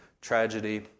tragedy